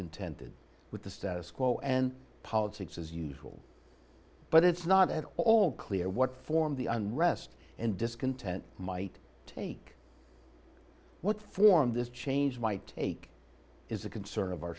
ontented with the status quo and politics as usual but it's not at all clear what form the unrest and discontent might take what form this change might take is the concern of our